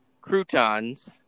croutons